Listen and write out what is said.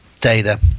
data